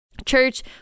Church